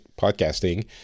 podcasting